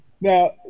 Now